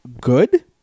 good